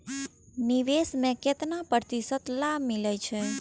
निवेश में केतना प्रतिशत लाभ मिले छै?